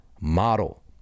model